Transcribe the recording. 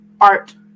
art